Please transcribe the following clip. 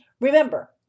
Remember